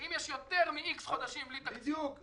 שאם יותר מ-X חודשים בלי תקציב,